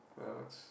well it's